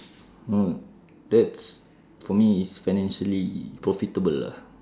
mm that's for me it's financially profitable